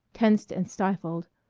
tensed and stifled,